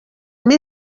més